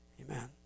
Amen